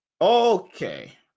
Okay